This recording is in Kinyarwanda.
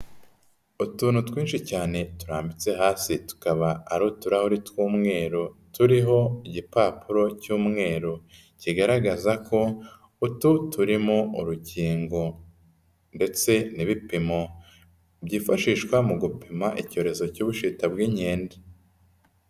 Utuntu twinshi cyane turambitse hasi, tukaba ari utuhure tw'umweru turiho igipapuro cy'umweru, kigaragaza ko utu turimo urukingo ndetse n'ibipimo byifashishwa mu gupima icyorezo cy'Ubushita bw'inkende.